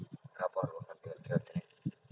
ಕಾಪಾಡ್ಬೇಕ್ ಅಂತೇಳಿ ಕೇಳ್ತಿನಿ